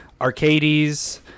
Arcades